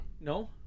No